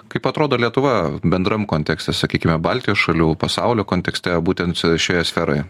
kaip atrodo lietuva bendram kontekste sakykime baltijos šalių pasaulio kontekste būtent šioje sferoje